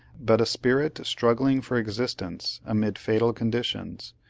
but a spirit struggling for existence amid fatal conditions,